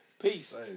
Peace